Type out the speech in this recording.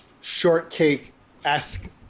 shortcake-esque